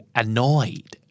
annoyed